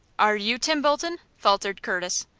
are you tim bolton? faltered curtis.